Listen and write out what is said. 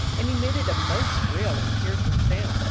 and emitted a most shrill and piercing sound,